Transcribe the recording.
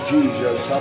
Jesus